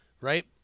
right